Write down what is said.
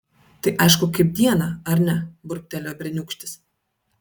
tai aišku kaip dieną ar ne burbtelėjo berniūkštis